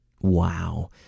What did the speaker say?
wow